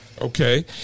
Okay